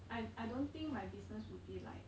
I I don't think my business will be like